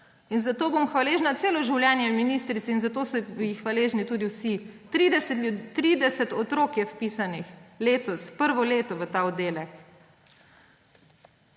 In zato bom vse življenje hvaležna ministrici in zato so ji hvaležni tudi vsi. 30 otrok je vpisanih letos, prvo leto na ta oddelek.